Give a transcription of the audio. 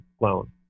loan